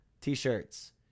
T-shirts